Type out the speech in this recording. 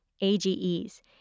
AGEs